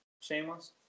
Shameless